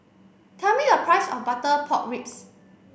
tell me the price of butter pork ribs